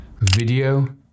video